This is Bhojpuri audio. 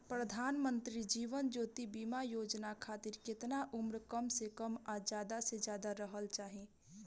प्रधानमंत्री जीवन ज्योती बीमा योजना खातिर केतना उम्र कम से कम आ ज्यादा से ज्यादा रहल चाहि?